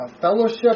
fellowship